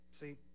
See